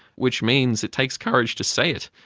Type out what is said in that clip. which means it takes courage to say it.